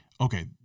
okay